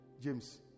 james